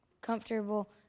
comfortable